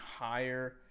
higher